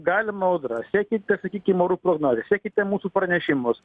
galima audra sekite sakykim orų prognozę sekite mūsų pranešimus